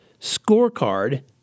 scorecard